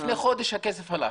לפני חודש הכסף הלך.